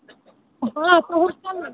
हाँ तो हम कल